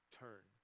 turn